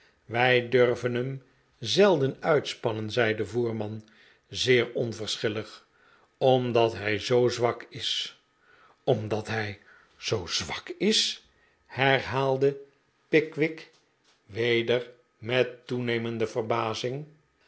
wij durven hem zelden uitspannen zei de voerman zeer onverschillig omdat hij zoo zwak is omdat hij zoo zwak is herhaalde een strijdlustige voerman m pickwick weder met toenemende ver